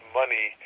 money